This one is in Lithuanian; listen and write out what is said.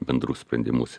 bendrus sprendimus